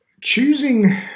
choosing